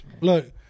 Look